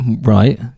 right